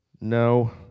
No